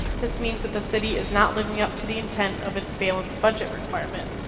this means that the city is not living up to the intent of its balanced budget requirement.